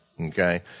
okay